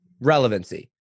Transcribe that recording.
relevancy